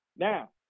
Now